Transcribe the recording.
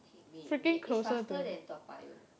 oh then okay wait wait it's faster than toa payoh